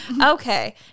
Okay